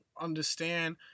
understand